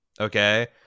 Okay